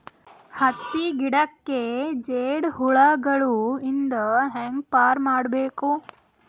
ಹತ್ತಿ ಗಿಡಕ್ಕೆ ಜೇಡ ಹುಳಗಳು ಇಂದ ಹ್ಯಾಂಗ್ ಪಾರ್ ಮಾಡಬೇಕು?